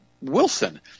Wilson